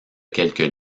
quelques